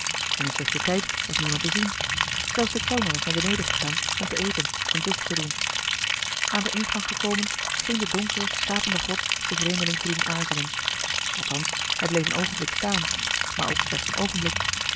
in de societeit was niemand te zien zelfs de kellner was naar beneden gegaan om te eten of een dutje te doen aan den ingang gekomen scheen de donkere gapende grot den vreemdeling te doen aarzelen althans hij bleef een oogenblik staan maar ook slechts een oogenblik